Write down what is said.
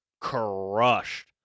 crushed